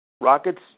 Rockets